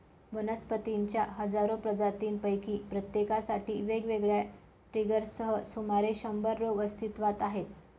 वनस्पतींच्या हजारो प्रजातींपैकी प्रत्येकासाठी वेगवेगळ्या ट्रिगर्ससह सुमारे शंभर रोग अस्तित्वात आहेत